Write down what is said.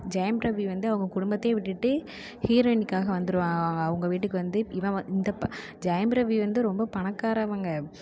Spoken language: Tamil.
ஜெயம்ரவி வந்து அவங்க குடும்பத்தையே விட்டுவிட்டு ஹீரோயினிக்காக வந்துடுவா அவங்க வீட்டுக்கு வந்து இவன் இந்த ஜெயம்ரவி வந்து ரொம்ப பணக்காரவங்க